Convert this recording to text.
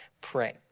pray